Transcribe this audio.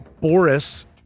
Boris